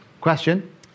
question